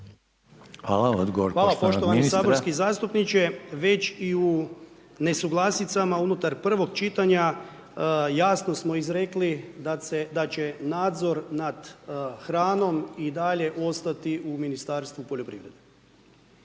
Hvala. Odgovor poštovanog ministra. **Horvat, Darko (HDZ)** Hvala poštovani saborski zastupniče. Već i u nesuglasicama unutar prvog čitanja, jasno smo izrekli da će nadzor nad hranom i dalje ostati u Ministarstvu poljoprivrede.